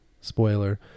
spoiler